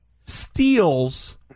steals